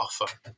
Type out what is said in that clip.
offer